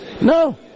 No